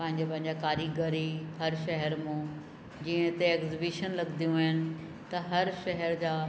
पंहिंजे पंहिंजा कारीगरी हर शहर मां जीअं हिते एग़्जबिशन लॻंदियूं आहिनि त हर शहर जा